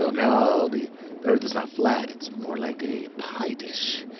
now the the earth is not flat, it's more like a pie dish.